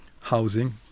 housing